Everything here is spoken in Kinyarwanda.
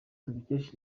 tubikesha